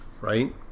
right